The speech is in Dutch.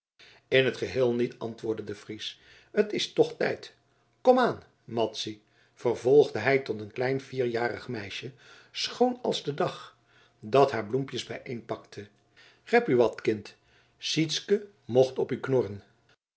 in t geheel niet antwoordde de fries t is toch hun tijd komaan madzy vervolgde hij tot een klein vierjarig meisje schoon als de dag dat haar bloempjes bijeenpakte rep u wat kind sytsken mocht op u knorren